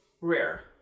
rare